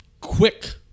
quick